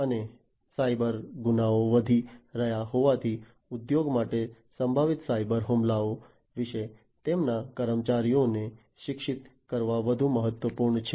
અને સાયબર ગુનાઓ વધી રહ્યા હોવાથી ઉદ્યોગ માટે સંભવિત સાયબરહુમલાઓ વિશે તેમના કર્મચારીઓને શિક્ષિત કરવા વધુ મહત્વપૂર્ણ છે